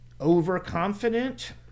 overconfident